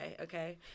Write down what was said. okay